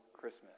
Christmas